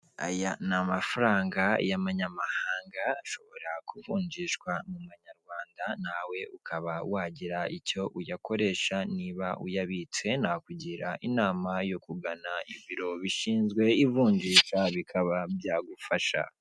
Aya ni amafaranga y'amanyamahanga ashobora kuvunjishwa mumanyarwanda, nawe ukaba wagira icyo uyakoresha, niba uyabitse nakugira inama yo kugana ibiro bishinzwe ivunjisha bikaba byagufasha.